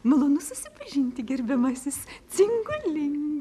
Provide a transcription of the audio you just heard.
malonu susipažinti gerbiamasis cingu lingu